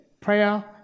prayer